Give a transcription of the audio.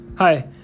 Hi